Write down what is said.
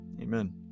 Amen